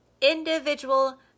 individual